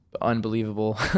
unbelievable